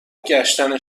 گشتن